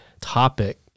topic